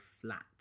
flat